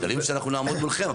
כללים שאנחנו נעמוד מולכם,